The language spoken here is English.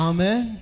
Amen